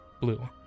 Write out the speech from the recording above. blue